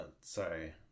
sorry